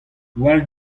war